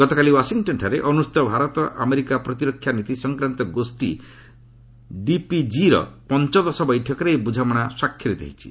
ଗତକାଲି ୱାଶିଂଟନ୍ଠାରେ ଅନୁଷ୍ଠିତ ଭାରତ ଆମେରିକା ପ୍ରତିରକ୍ଷା ନୀତି ସଂକ୍ରାନ୍ତ ଗୋଷୀ ଡିପିଜିର ପଞ୍ଚଦଶ ବୈଠକରେ ଏହି ବୃଝାମଣା ସ୍ୱାକ୍ଷରିତ ହୋଇଛି